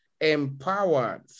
empowered